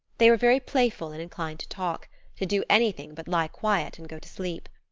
they were very playful and inclined to talk to do anything but lie quiet and go to sleep.